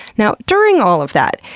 now during all of that,